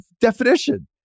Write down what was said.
definition